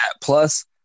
Plus